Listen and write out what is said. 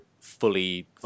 fully